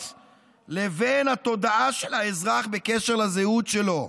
לבין התודעה של האזרח בקשר לזהות שלו,